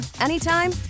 anytime